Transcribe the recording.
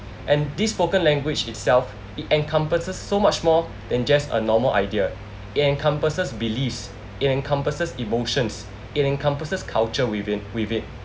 and this spoken language itself it encompasses so much more than just a normal idea it encompasses beliefs it encompasses emotions it encompasses culture within with it